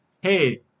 Hey